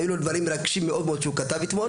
היו לו דברים מרגשים מאוד מאוד שהוא כתב אתמול.